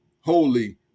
holy